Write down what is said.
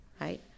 right